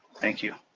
thank you.